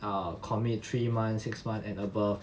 err commit three months six month and above